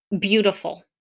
beautiful